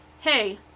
hey